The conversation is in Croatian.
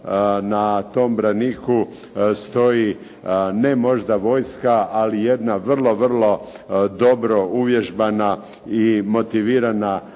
na tom braniku stoji ne možda vojska, ali jedna vrlo, vrlo dobro uvježbana i motivirana